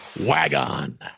WagOn